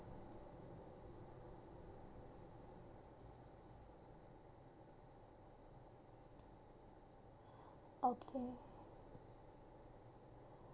okay